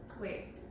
Wait